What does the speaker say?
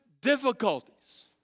difficulties